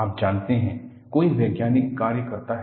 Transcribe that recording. आप जानते हैं कोई वैज्ञानिक कार्य करता है